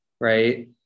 right